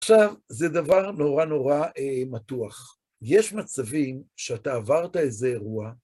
עכשיו, זה דבר נורא נורא מתוח. יש מצבים שאתה עברת איזה אירוע,